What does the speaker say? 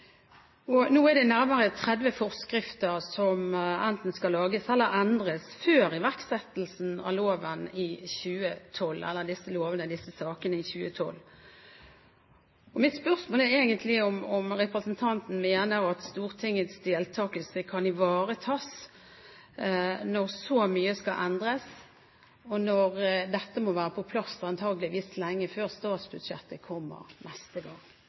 kommer. Nå er det nærmere 30 forskrifter som enten skal lages eller endres før iverksettelsen av disse lovene i 2012. Mitt spørsmål er egentlig om representanten Hansen mener at Stortingets deltakelse kan ivaretas når så mye skal endres, og når dette må være på plass antakeligvis lenge før statsbudsjettet kommer neste gang.